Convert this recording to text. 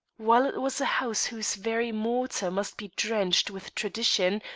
while it was a house whose very mortar must be drenched with tradition,